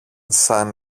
σαν